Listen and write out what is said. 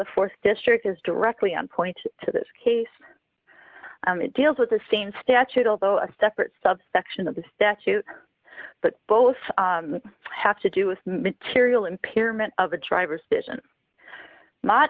the th district is directly on point to this case it deals with the same statute although a separate subsection of the statute but both have to do with material impairment of a driver's vision